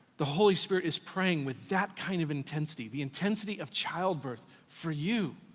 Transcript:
the holy spirit is praying with that kind of intensity, the intensity of childbirth, for you.